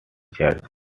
church